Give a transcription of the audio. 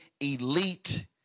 elite